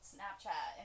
Snapchat